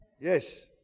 Yes